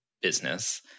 business